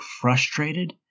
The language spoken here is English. frustrated